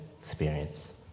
experience